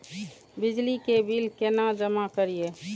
बिजली के बिल केना जमा करिए?